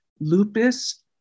lupus